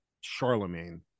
Charlemagne